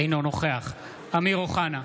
אינו נוכח אמיר אוחנה,